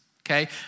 Okay